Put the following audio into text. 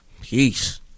Peace